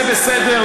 זה בסדר,